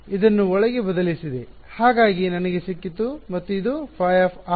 ಆದ್ದರಿಂದ ನಾನು ಇದನ್ನು ಒಳಗೆ ಬದಲಿಸಿದೆ ಹಾಗಾಗಿ ನನಗೆ ಸಿಕ್ಕಿತು ಮತ್ತು ಇದು N N ϕ ∑ ϕnbn ∑ ϕ Lbn f